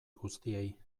guztiei